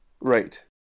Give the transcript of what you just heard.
Right